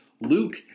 Luke